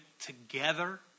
together